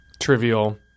trivial –